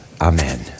Amen